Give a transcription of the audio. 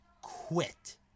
quit